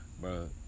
Bro